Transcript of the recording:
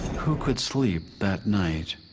who could sleep that night?